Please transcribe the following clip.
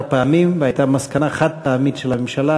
כמה פעמים והייתה מסקנה חד-פעמית של הממשלה,